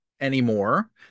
anymore